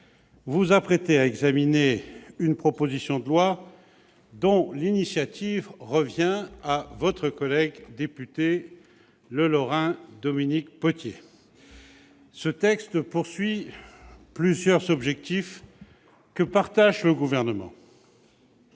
vous apprêtez à examiner une proposition de loi dont l'initiative revient à votre collègue député, le Lorrain Dominique Potier. Ce texte poursuit plusieurs objectifs que partage le Gouvernement